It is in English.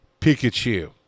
Pikachu